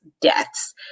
deaths